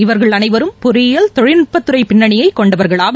இவர்கள் அனைவரும் பொறியியல் தொழில்நுட்பத்துறை பின்னணியை கொண்டவர்கள் ஆவர்